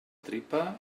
tripa